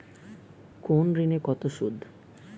কোন ঋণে কত সুদ?